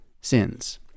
sins